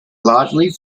largely